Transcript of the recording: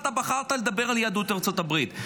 אתה בחרת לדבר על יהדות ברית המועצות.